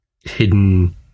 hidden